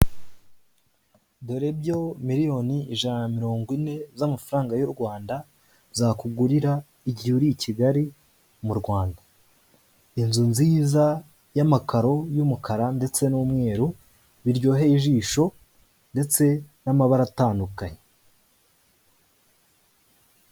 Dore byo miliyoni ijana na mirongo ine z'amafaranga y'u Rwanda zakugurira igihe uri i Kigali, mu Rwanda: Inzu nziza, y'amakaro y'umukara ndetse n'umweru, biryoheye ijisho, ndetse n'amabara atandukanye.